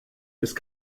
ist